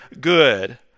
good